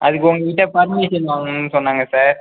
அதுக்கு உங்கள் கிட்டே பர்மிஷன் வாங்கணும்னு சொன்னாங்க சார்